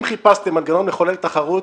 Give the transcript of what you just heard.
אם חיפשתם מנגנון מחולל תחרות,